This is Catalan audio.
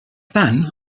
tant